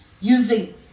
using